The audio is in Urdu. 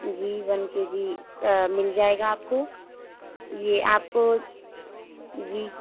جی ون کے جی مل جائے گا آپ کو یہ آپ کو جی